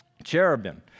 Cherubim